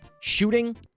Shooting